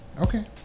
okay